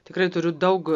tikrai turiu daug